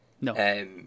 No